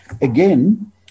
Again